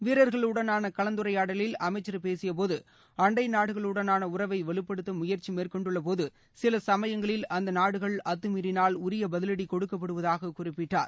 வீரர்களுடனான கலந்துரையாடலில் அமைச்சர் பேசிய போது அண்டை நாடுகளுடனான உறவை வலுப்படுத்த முயற்சி மேற்கொண்டுள்ள போது சில சமயங்களில் அந்த நாடுகள் அத்துமீறினால் உரிய பதிலடி கொடுக்கப்படுவதாக குறிப்பிட்டார்